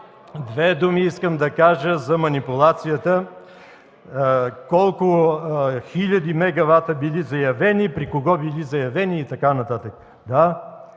две думи за манипулацията – колко хиляди мегавата били заявени, при кого били заявени и така нататък.